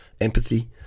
empathy